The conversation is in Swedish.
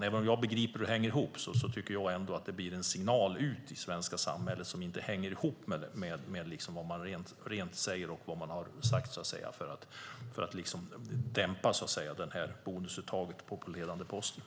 Även om jag begriper hur det ser ut blir det en signal utåt i svenska samhället som inte hänger ihop med vad man säger och har sagt för att dämpa bonusuttaget på ledande poster.